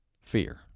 fear